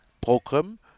program